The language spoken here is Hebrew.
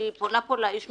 אני פונה פה לנציג המשטרה,